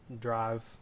drive